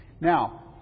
Now